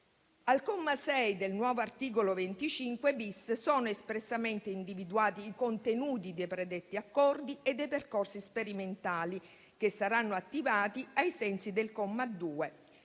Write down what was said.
Al comma 6 del nuovo articolo 25-*bis* sono espressamente individuati i contenuti dei predetti accordi e dei percorsi sperimentali, che saranno attivati ai sensi del comma 2: